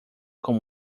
com